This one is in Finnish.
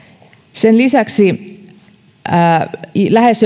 sen lisäksi lähes